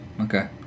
okay